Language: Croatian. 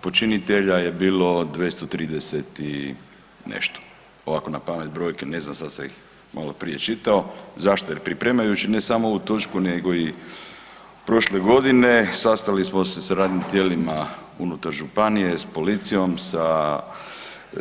Počinitelja je bilo 230 nešto, ovakvo napamet brojne ne znam, sad sam ih maloprije čitao, zašto, jer pripremajući ne samo ... nego i prošle godine, sastali smo se sa radnim tijelima unutar županije, s policijom,